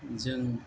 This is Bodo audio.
जों